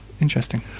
Interesting